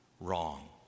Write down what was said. Wrong